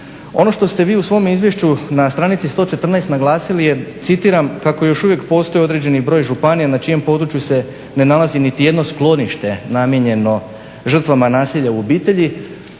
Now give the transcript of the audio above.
Ono što ste vi u svom izvješću na stranici 114 naglasili je, citiram: " Kako još uvijek postoji određeni broj županija na čijem području se ne nalazi niti jedno sklonište namijenjeno žrtvama nasilja u obitelji."